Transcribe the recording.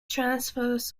transfers